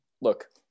look